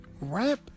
rap